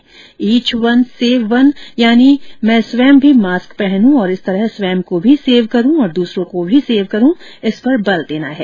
etch one save one यानि मैं स्वयं भी मास्क पहनू और इस तरह स्वयं को भी सेव करूं और दूसरों को भी सेव करूं इस पर बल देना है